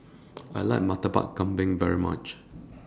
I like Murtabak Kambing very much